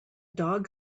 dog